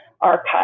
archive